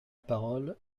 parole